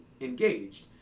engaged